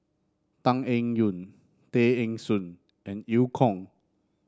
Tan Eng Yoon Tay Eng Soon and Eu Kong